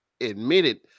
admitted